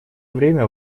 время